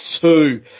two